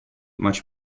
much